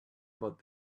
about